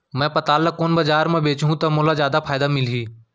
मैं पताल ल कोन बजार म बेचहुँ त मोला जादा फायदा मिलही?